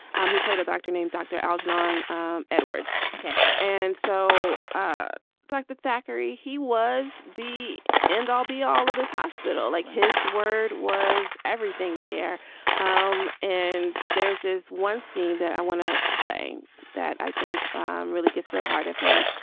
um he played a doctor named dr. algernon edwards okay. and so ah dr. thackery, he was the end all be all of his hospital. like his word was everything there um and there's is one scene that i want to play that i think really gets to the heart of him.